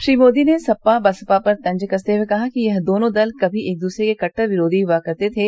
श्री मोदी ने सपा बसपा पर तंज कसते हुए कहा कि यह दोनों दल कभी एक दूसरे के कट्टर विरोधी हुआ करते थे